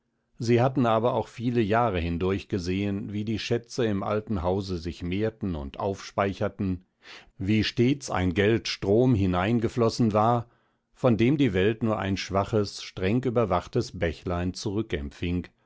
sie hatten aber auch viele jahre hindurch gesehen wie die schätze im alten hause sich mehrten und aufspeicherten wie stets ein geldstrom hineingeflogen war von dem die welt nur ein schwaches streng überwachtes bächlein